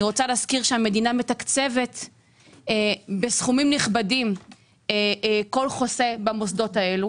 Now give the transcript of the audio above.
אני רוצה להזכיר שהמדינה מתקצבת בסכומים נכבדים כל חוסה במוסדות האלה